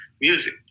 music